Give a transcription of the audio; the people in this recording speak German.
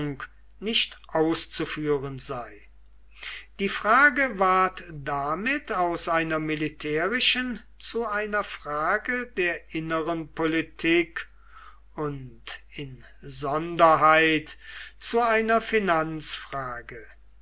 nicht auszuführen sei die frage ward damit aus einer militärischen zu einer frage der inneren politik und insonderheit zu einer